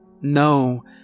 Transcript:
No